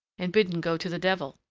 and bidden go to the devil.